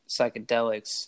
psychedelics